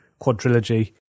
quadrilogy